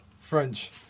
French